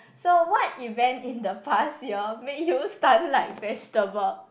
so what event in the past you all made you stunt like vegetable